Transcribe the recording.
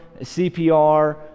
CPR